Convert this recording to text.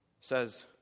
says